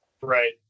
right